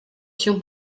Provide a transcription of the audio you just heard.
się